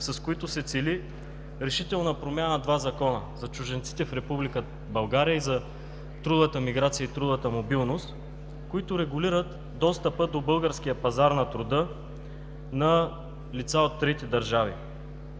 с които се цели решителна промяна в два закона – за чужденците в Република България и за трудовата миграция и трудовата мобилност, които регулират достъпа до българския пазар на труда на лица от трети държави.